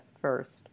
first